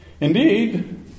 Indeed